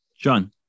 John